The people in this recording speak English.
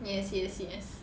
yes yes yes